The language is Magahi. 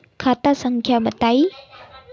खाता संख्या बताई?